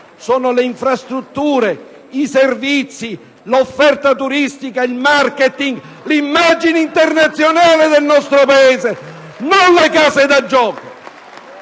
sono le infrastrutture, i servizi, l'offerta turistica, il *marketing*, l'immagine internazionale del nostro Paese, non le case da gioco.